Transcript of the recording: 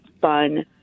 fun